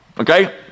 okay